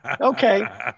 okay